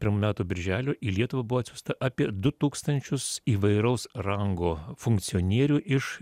pirmų metų birželio į lietuvą buvo atsiųsta apie du tūkstančius įvairaus rango funkcionierių iš